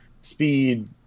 speed